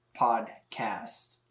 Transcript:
podcast